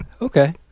Okay